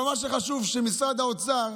אבל מה שחשוב זה שמשרד האוצר